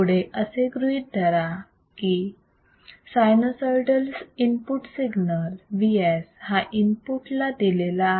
पुढे असे गृहीत धरा की सायन्यूसाईडल इनपुट सिग्नल Vs हा इनपुटला दिलेला आहे